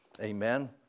Amen